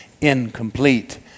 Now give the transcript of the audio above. incomplete